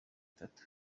itatu